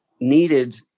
needed